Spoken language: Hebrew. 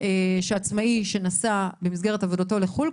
שעצמאי שנסע במסגרת עבודתו לחו"ל,